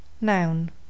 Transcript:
Noun